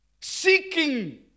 seeking